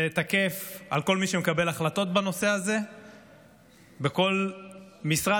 זה תקף לכל מי שמקבל החלטות בנושא הזה בכל משרד,